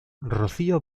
rocío